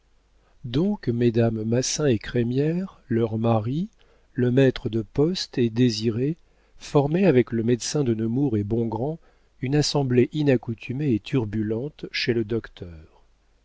donc mesdames massin et crémière leurs maris le maître de poste et désiré formaient avec le médecin de nemours et bongrand une assemblée inaccoutumée et turbulente chez le docteur